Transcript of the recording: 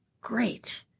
great